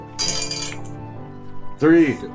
Three